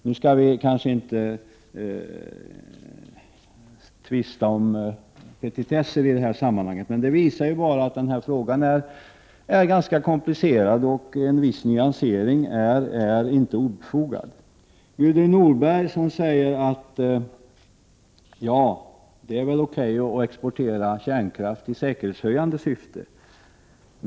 Vi skall kanske inte tvista om petitesser i detta sammanhang. Men detta visar att frågan är ganska komplicerad och att en viss nyansering inte är obefogad. Gudrun Norberg säger att det är okej att exportera kärnkraftsteknik i säkerhetshöjande syfte.